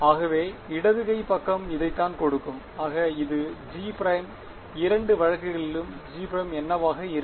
ஆகவே இடது கை பக்கம் இதைத்தான் கொடுக்கும் ஆக அது G' இரண்டு வழக்குகளிலும் G' என்னவாக இருக்கும்